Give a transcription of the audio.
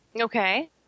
Okay